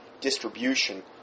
distribution